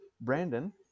Brandon